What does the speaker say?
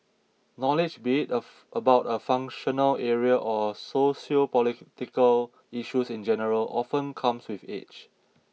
knowledge be it a about a functional area or sociopolitical issues in general often comes with age